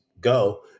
go